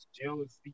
jealousy